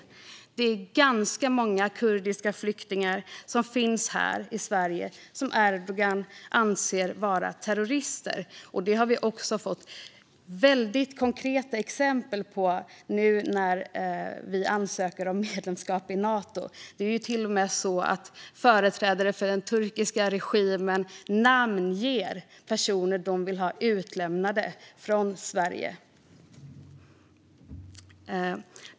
Här i Sverige finns ganska många kurdiska flyktingar som Erdogan anser är terrorister. Det har vi fått väldigt konkreta exempel på nu när vi ansöker om medlemskap i Nato. Det är till och med så att företrädare för den turkiska regimen namnger personer de vill ha utlämnade från Sverige.